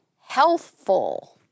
healthful